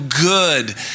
good